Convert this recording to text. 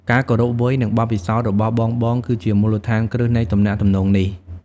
ការគោរពវ័យ និងបទពិសោធន៍របស់បងៗ គឺជាមូលដ្ឋានគ្រឹះនៃទំនាក់ទំនងនេះ។